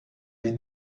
les